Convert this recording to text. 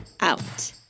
out